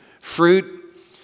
fruit